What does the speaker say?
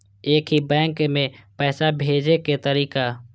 एक ही बैंक मे पैसा भेजे के तरीका?